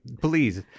please